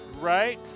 Right